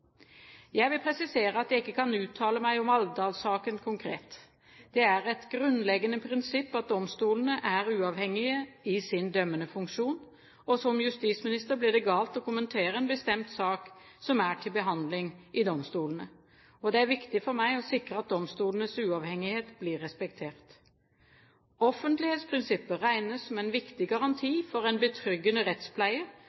Jeg vil presisere at jeg ikke kan uttale meg om Alvdal-saken konkret. Det er et grunnleggende prinsipp at domstolene er uavhengige i sin dømmende funksjon, og som justisminister blir det galt å kommentere en bestemt sak som er til behandling i domstolene. Det er viktig for meg å sikre at domstolenes uavhengighet blir respektert. Offentlighetsprinsippet regnes som en viktig